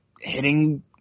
hitting